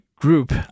group